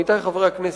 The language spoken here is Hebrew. עמיתי חברי הכנסת,